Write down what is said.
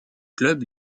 club